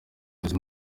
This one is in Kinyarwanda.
izi